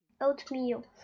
oatmeal